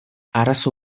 arazo